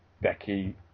Becky